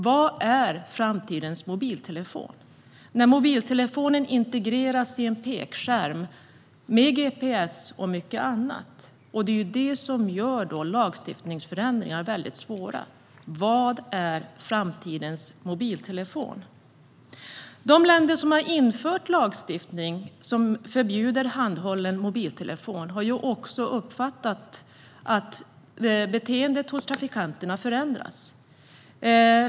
Vad är framtidens mobiltelefon - när mobiltelefonen integreras i en pekskärm med gps och mycket annat? Det är det som gör lagstiftningsförändringar mycket svåra. Vad är framtidens mobiltelefon? De länder som har infört lagstiftning som förbjuder handhållen mobiltelefon har också uppfattat att beteendet hos trafikanterna förändras.